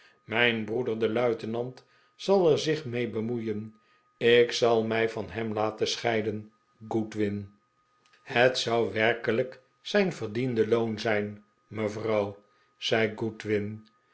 mijn broeder de luitenant zal er zich'mee bemoeien ik zal mij van hem laten scheiden goodwin het zou werkelijk zijn verdiende loon zijn mevrouw zei